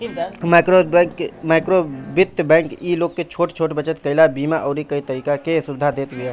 माइक्रोवित्त बैंक इ लोग के छोट छोट बचत कईला, बीमा अउरी कई तरह के सुविधा देत बिया